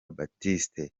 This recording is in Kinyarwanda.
baptiste